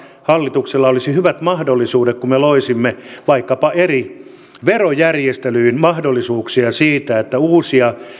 hallituksella olisi hyvät mahdollisuudet kun me loisimme vaikkapa eri verojärjestelyin mahdollisuuksia siihen että uusia